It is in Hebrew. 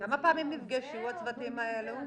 כמה פעמים נפגשו הצוותים האלה?